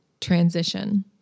transition